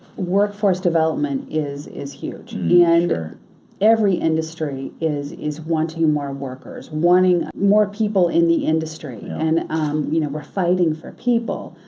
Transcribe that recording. workforce development is is huge and every industry is is wanting more workers, wanting more people in the industry and um you know we're fighting for people.